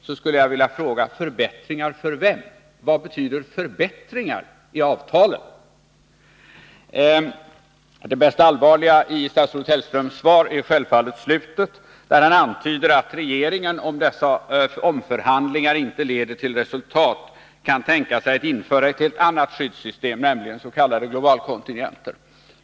Jag skulle vilja fråga: Förbättringar för vem? Vad betyder ”förbättringar” i avtalen? Det mest allvarliga i statsrådet Hellströms svar är självfallet slutet, där han antyder att regeringen, om dessa omförhandlingar inte leder till resultat, kan tänka sig att införa ett helt annat skyddssystem, nämligen s.k. globalkontingenter.